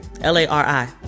L-A-R-I